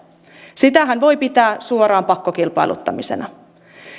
sitähän voi pitää suoraan pakkokilpailuttamisena